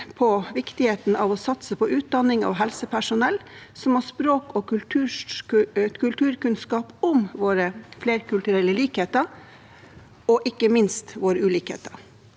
om viktigheten av å satse på utdanning av helsepersonell som har språk- og kulturkunnskap om våre flerkulturelle likheter, og ikke minst om våre ulikheter.